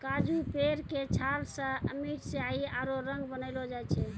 काजू पेड़ के छाल सॅ अमिट स्याही आरो रंग बनैलो जाय छै